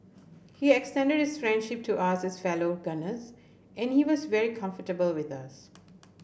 he extended his friendship to us as fellow gunners and he was very comfortable with us